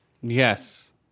yes